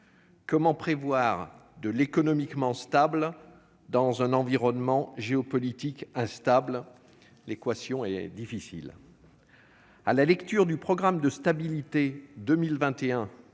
Comment prévoir de l'économiquement stable dans un environnement géopolitique instable ? L'équation est difficile ... À la lecture du programme de stabilité 2021-2027